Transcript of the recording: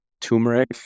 Turmeric